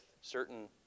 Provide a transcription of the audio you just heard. certain